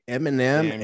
Eminem